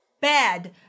bad